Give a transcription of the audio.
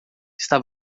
está